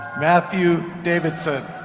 matthew davidson